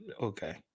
okay